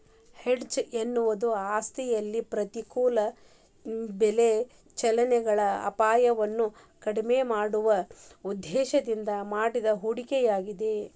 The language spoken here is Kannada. ಹೆಡ್ಜ್ ಎನ್ನುವುದು ಆಸ್ತಿಯಲ್ಲಿ ಪ್ರತಿಕೂಲ ಬೆಲೆ ಚಲನೆಗಳ ಅಪಾಯವನ್ನು ಕಡಿಮೆ ಮಾಡುವ ಉದ್ದೇಶದಿಂದ ಮಾಡಿದ ಹೂಡಿಕೆಯಾಗಿದೆ